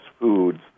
foods